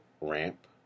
ramp